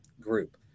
group